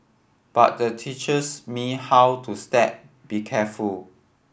but the teachers me how to step be careful